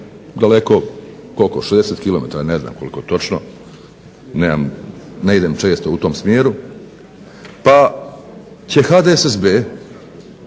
daleko koliko 60 km ne znam koliko točno, ne idem često u tom smjeru, pa će HDSSB